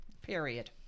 Period